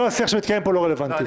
כל השיח שמתקיים פה לא רלוונטי.